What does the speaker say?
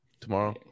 tomorrow